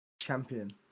Champion